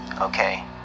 okay